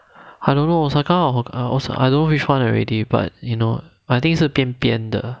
I don't know osaka I don't know which one already but you know I think 是边边的